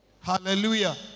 Hallelujah